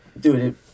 Dude